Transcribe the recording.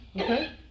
Okay